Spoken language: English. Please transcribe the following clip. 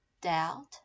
doubt